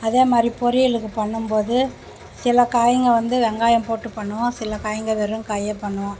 அதே மாதிரி பொரியலுக்கு பண்ணும்போது சில காய்ங்க வந்து வெங்காயம் போட்டு பண்ணுவோம் சில காய்ங்க வெறும் காயே பண்ணுவோம்